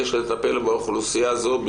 היתה קרובה לליבי וטיפלתי בה באופן אישי.